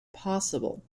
possible